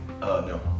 No